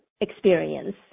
experience